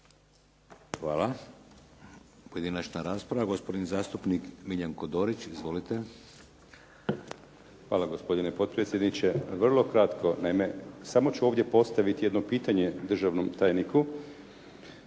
Hvala. Pojedinačna rasprava. Gospodin zastupnik Miljenko Dorić. Izvolite. **Dorić, Miljenko (HNS)** Hvala gospodine potpredsjedniče. Naime, samo ću ovdje postaviti jedno pitanje državnom tajniku